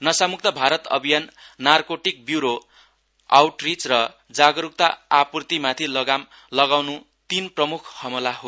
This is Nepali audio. नशामुक्त भारत अभियान नारकोटिक व्यूरो आउटरीच र जारकरूकता आपूर्तिमाथि लगाम लगाउने तीन प्रमुख हमला हो